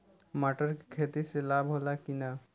मटर के खेती से लाभ होला कि न?